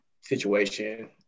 situation